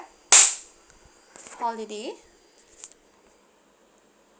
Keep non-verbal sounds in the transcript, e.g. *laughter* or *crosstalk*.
*noise* holiday